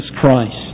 Christ